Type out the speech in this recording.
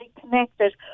connected